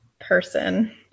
person